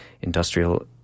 industrial